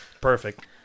perfect